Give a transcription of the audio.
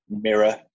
mirror